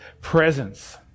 presence